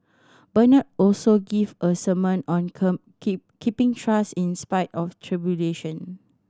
Bernard also gave a sermon on keep keeping trust in spite of tribulation